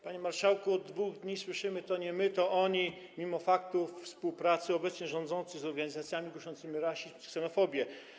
Panie marszałku, od 2 dni słyszymy: to nie my, to oni, mimo faktu współpracy obecnie rządzących z organizacjami głoszącymi rasizm i ksenofobię.